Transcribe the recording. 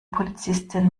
polizistin